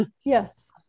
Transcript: Yes